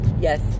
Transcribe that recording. Yes